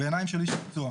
בעיניים של איש מקצוע.